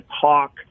talk